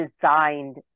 designed